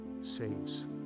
saves